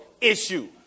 issue